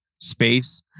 space